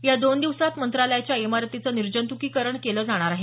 या दोन दिवसांत मंत्रालयाच्या इमारतीचं निर्जंत्कीकरण केलं जाईल